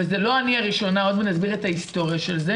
ואני לא הראשונה ועוד מעט אסביר את ההיסטוריה של זה